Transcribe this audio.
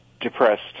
depressed